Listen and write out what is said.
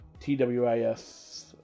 TWIS